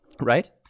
right